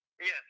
Yes